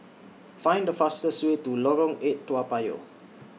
Find The fastest Way to Lorong eight Toa Payoh